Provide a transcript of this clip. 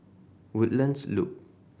Woodlands Loop